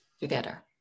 together